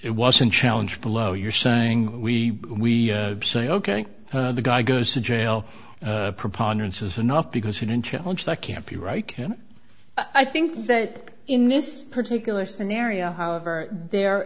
it wasn't challenge below you're saying we say ok the guy goes to jail preponderance is enough because he didn't challenge that can't be right can i think that in this particular scenario however there